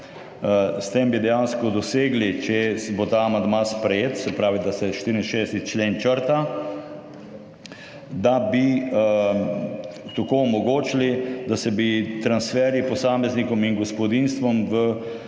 S tem bi dejansko dosegli, če bo ta amandma sprejet, se pravi da se črta 64. člen, oziroma tako bi omogočili, da se bi transferji posameznikom in gospodinjstvom v